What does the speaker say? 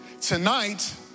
Tonight